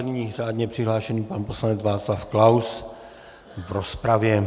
Nyní řádně přihlášený pan poslanec Václav Klaus v rozpravě.